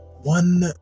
one